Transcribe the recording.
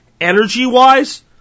energy-wise